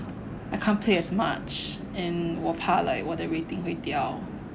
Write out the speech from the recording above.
I can't play as much and 我怕 like 我的 rating 会掉